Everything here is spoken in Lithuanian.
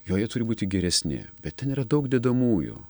joje turi būti geresni bet ten yra daug dedamųjų